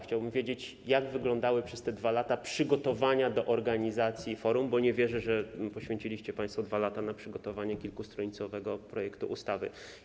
Chciałbym wiedzieć, jak wyglądały przez te 2 lata przygotowania do organizacji forum, bo nie wierzę, że poświęciliście państwo 2 lata na przygotowanie kilkustronicowego projektu ustawy.